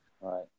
right